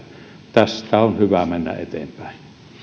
tästä on hyvä mennä eteenpäin